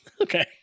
Okay